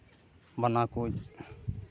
ᱵᱟᱱᱟ ᱠᱩᱡ